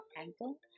ankle